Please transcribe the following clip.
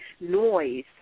noise